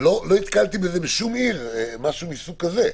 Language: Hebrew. לא נתקלתי בשום עיר במשהו מהסוג הזה.